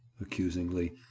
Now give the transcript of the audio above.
accusingly